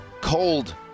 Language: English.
cold